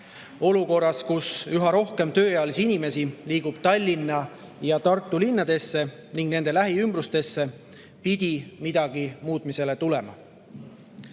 Olukorras, kus üha rohkem tööealisi inimesi liigub Tallinna ja Tartu linnadesse ning nende lähiümbrusesse, pidi midagi muutmisele